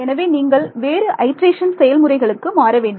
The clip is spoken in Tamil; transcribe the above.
எனவே நீங்கள் வேறு ஐட்ரேஷன் செயல்முறைகளுக்கு மாறவேண்டும்